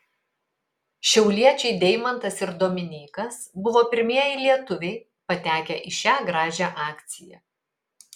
šiauliečiai deimantas ir dominykas buvo pirmieji lietuviai patekę į šią gražią akciją